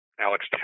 Alex